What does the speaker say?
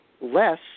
less